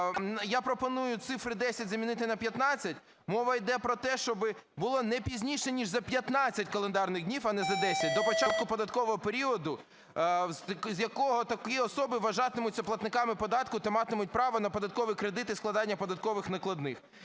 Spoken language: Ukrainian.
я пропоную цифри "10" замінити на "15". Мова йде про те, щоби було не пізніше ніж за 15 календарних днів, а не за 10 до початку податкового періоду, з якого такі особи вважатимуться платниками податку та матимуть право на податковий кредит і складання податкових накладних.